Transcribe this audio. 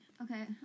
Okay